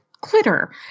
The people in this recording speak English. glitter